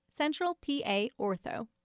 CentralPAOrtho